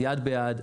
יד ביד,